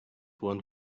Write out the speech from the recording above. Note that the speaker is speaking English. one